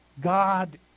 God